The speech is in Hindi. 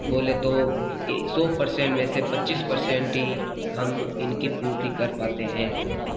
बोले तो सौ परसेंट में से पच्चीस परसेंट ही हम इनकी पूर्ति कर पाते हैं